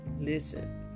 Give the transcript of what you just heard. listen